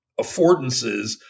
affordances